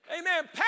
Amen